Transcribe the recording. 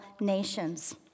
nations